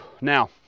Now